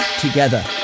together